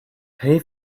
pay